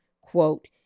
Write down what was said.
quote